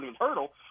hurdle